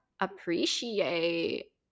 appreciate